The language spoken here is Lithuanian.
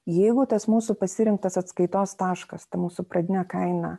jeigu tas mūsų pasirinktas atskaitos taškas ta mūsų pradinė kaina